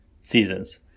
seasons